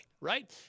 right